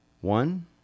One